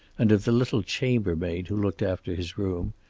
and of the little chambermaid who looked after his room,